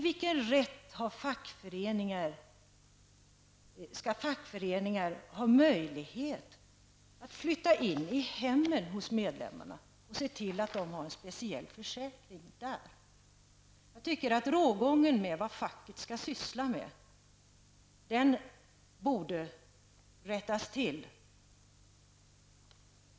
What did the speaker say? Varför skall fackföreningar ha rätt att så att säga flytta in i medlemarnas hem och se till att dessa har specialförsäkring hos dem? Jag tycker att det när det gäller rågången mellan vad facket skall syssla med resp. inte syssla med borde göras en rättelse.